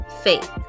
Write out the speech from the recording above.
faith